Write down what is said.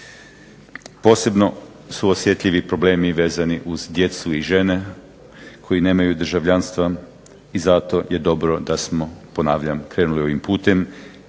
Posebno su osjetljivi problemi vezani uz djecu i žene koji nemaju državljanstva i zato je dobro da smo, ponavljam, krenuli ovim putem.